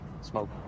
smoke